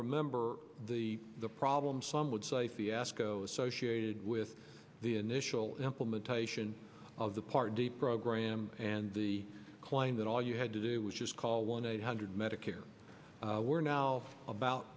remember the problem some would say fiasco associated with the initial implementation of the party program and the claim that all you had to do was just call one eight hundred medicare we're now about